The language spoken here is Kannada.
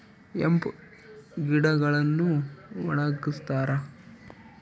ಹೆಂಪ್ ಗಿಡಗಳನ್ನು ಒಣಗಸ್ತರೆ